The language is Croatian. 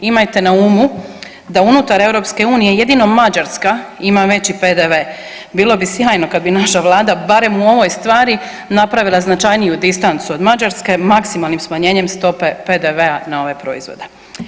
Imajte na umu da unutar EU jedino Mađarska ima veći PDV, bilo bi sjajno kada bi naša vlada barem u ovoj stvari napravila značajniju distancu od Mađarske maksimalnim smanjenjem stope PDV-a na ove proizvode.